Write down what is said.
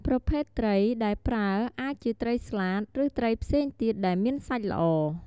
ប្រភេទត្រីដែលប្រើអាចជាត្រីស្លាត ឬត្រីផ្សេងទៀតដែលមានសាច់ល្អ។